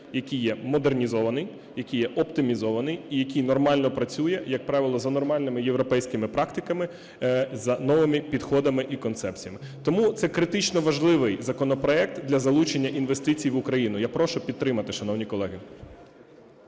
який є модернізований, який є оптимізований і який нормально працює, як правило, за нормальними європейськими практиками, за новими підходами і концепціями. Тому це критично важливий законопроект для залучення інвестицій в Україну. Я прошу підтримати, шановні колеги.